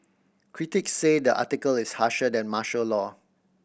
critics say the article is harsher than martial law